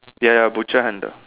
ya ya butcher handle